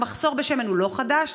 המחסור בשמן הוא לא חדש.